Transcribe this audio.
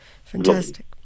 Fantastic